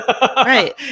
Right